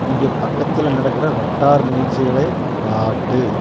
இங்கே பக்கத்தில் நடக்கிற வட்டார நிகழ்ச்சிகள காட்டு